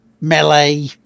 melee